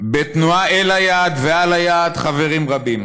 בתנועה אל היעד ועל היעד חברים רבים.